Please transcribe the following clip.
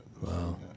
Wow